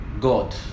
god